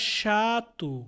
chato